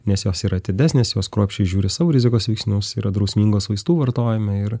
nes jos yra atidesnės jos kruopščiai žiūri savo rizikos veiksnius yra drausmingos vaistų vartojime ir